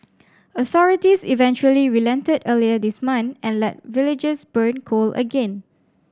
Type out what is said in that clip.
authorities eventually relented earlier this month and let villagers burn coal again